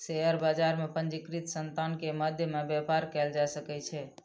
share बजार में पंजीकृत संतान के मध्य में व्यापार कयल जा सकै छै